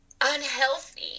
unhealthy